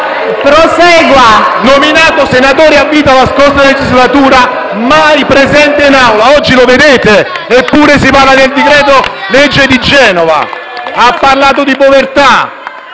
Monti, nominato senatore a vita nella scorsa legislatura e mai presente in Aula. Oggi lo vedete? Eppure si parla del decreto-legge su Genova. Ha poi parlato di povertà...